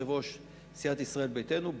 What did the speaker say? יושב-ראש סיעת ישראל ביתנו,